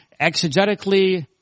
exegetically